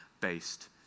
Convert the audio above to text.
based